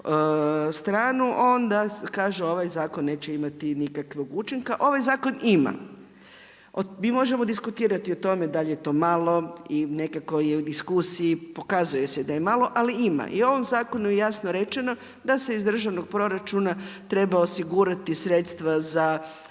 stranu, onda kažu ovaj zakon neće imati nikakvog učinka. Ovaj zakon ima. Mi možemo diskutirati o tome, da li je to malo i nekako u diskusiji, pokazuje se da je malo, ali ima. I u ovom zakonu jasno rečeno da se iz državnog proračuna, treba osigurati sredstva za